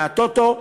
מהטוטו,